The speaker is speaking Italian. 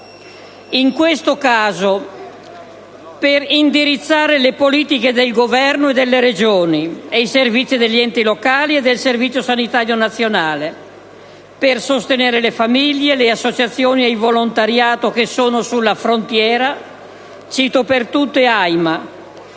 in questo caso per indirizzare le politiche del Governo e delle Regioni e i servizi degli enti locali e del Servizio sanitario nazionale, per sostenere le famiglie, le associazioni e il volontariato che sono sulla frontiera, cito per tutte